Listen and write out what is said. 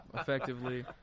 effectively